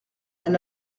elle